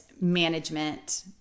management